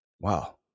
Wow